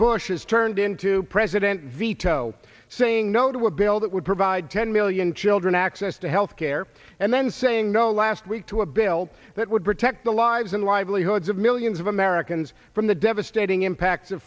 bush has turned into president veto saying no to a bill that would provide ten million children access to health care and then saying no last week to a bill that would protect the lives and livelihoods of millions of americans from the devastating impact